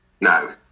No